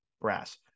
brass